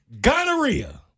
Gonorrhea